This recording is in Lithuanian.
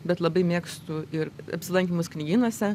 bet labai mėgstu ir apsilankymus knygynuose